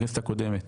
בכנסת הקודמת,